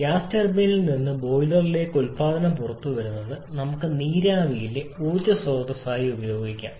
gas ടർബൈനിൽ നിന്ന് ബോയിലറിലെ ഉത്പാദനം പുറത്തുവരുന്നത് നമുക്ക് നീരാവിയിലെ ഊർജ്ജ സ്രോതസ്സായി ഉപയോഗിക്കാം